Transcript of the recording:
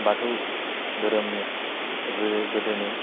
बाथौ धोरोमनि गोदोनि